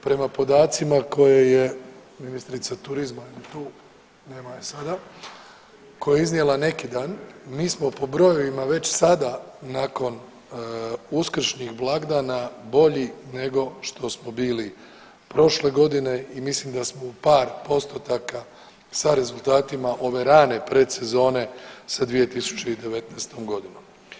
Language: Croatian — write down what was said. Prema podacima koje je ministrica turizma, je li tu, nema je sada, koje je iznijela neki dan, mi smo po brojevima već sada nakon uskršnjih blagdana bolji nego što smo bili prošle godine i mislim da smo u par postotaka sa rezultatima ove rane predsezone sa 2019.g.